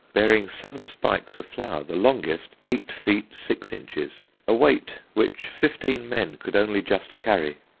bearing seven spikes of flower, the longest eight feet six inches a weight which fifteen men could only just carry.